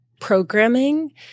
programming